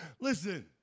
listen